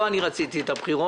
לא אני רציתי את הבחירות.